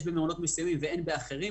שיש במקומות מסוימים ואין באחרים.